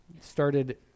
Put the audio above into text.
started